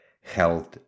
health